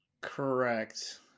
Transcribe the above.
Correct